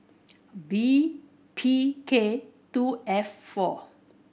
B P K two F four